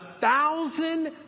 thousand